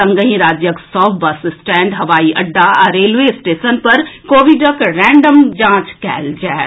संगहि राज्यक सभ बस स्टैंड हवाई अड्डा आ रेलवे स्टेशन सभ पर कोविडक रैंडम जांच कयल जाएत